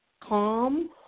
calm